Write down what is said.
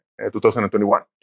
2021